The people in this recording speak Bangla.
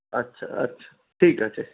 আচ্ছা আচ্ছা ঠিক আছে